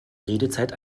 redezeit